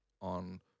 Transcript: on